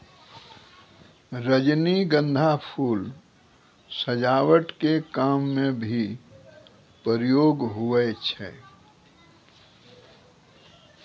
रजनीगंधा फूल सजावट के काम मे भी प्रयोग हुवै छै